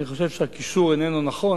אני חושב שהקישור איננו נכון.